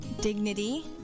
Dignity